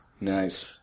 Nice